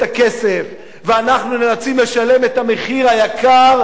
הכסף ואנחנו נאלצים לשלם את המחיר היקר,